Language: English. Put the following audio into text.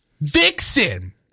Vixen